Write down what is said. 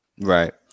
Right